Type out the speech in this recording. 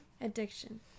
Addiction